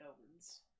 owens